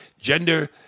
Gender